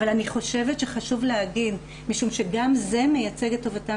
אבל אני חושבת שחשוב להגיד משום שגם זה מייצג את טובתם